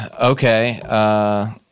Okay